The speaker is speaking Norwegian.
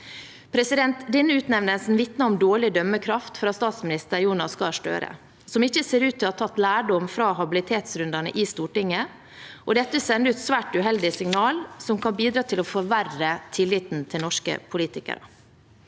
systemet. Denne utnevnelsen vitner om dårlig dømmekraft fra statsminister Jonas Gahr Støre, som ikke ser ut til å ha tatt lærdom fra habilitetsrundene i Stortinget. Dette sender ut svært uheldige signal som kan bidra til å forverre tilliten til norske politikere.